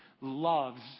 loves